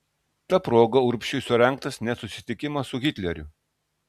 ta proga urbšiui surengtas net susitikimas su hitleriu